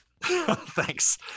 Thanks